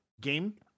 game